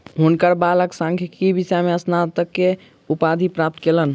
हुनकर बालक सांख्यिकी विषय में स्नातक के उपाधि प्राप्त कयलैन